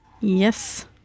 Yes